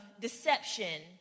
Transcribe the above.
deception